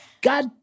God